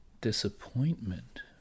disappointment